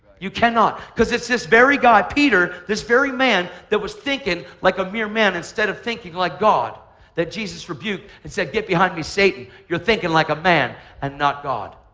you cannot because it's this very guy, peter, this very man that was thinking like a mere man instead of thinking like god that jesus rebuked and said get behind me, satan, you're thinking like a man and not god.